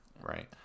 Right